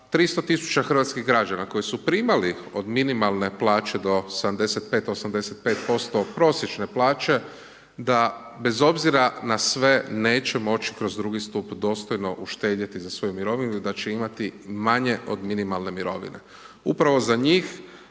300000 hrvatskih građana koji su primali od minimalne plaće do 75, 85% od prosječne plaće, da bez obzira na sve, nećemo moći kroz drugi stup dostojno uštedjeti za svoju mirovinu, i da će imati manje od minimalne mirovine. Upravo za njih,